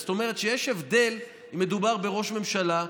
זאת אומרת שיש הבדל כשמדובר בראש ממשלה.